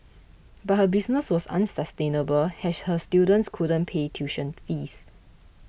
but her business was unsustainable as her students couldn't pay tuition fees